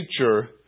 nature